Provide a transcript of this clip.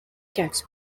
cats